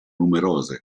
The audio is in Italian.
numerose